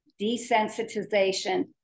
Desensitization